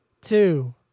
two